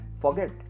forget